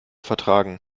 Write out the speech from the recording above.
vertragen